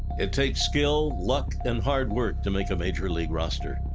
it takes skill, luck, and hard work to make a major league roster.